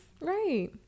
Right